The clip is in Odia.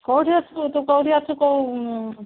କୋଉଠି ଅଛୁ ତୁ କୋଉଠି ଅଛୁ କୋଉ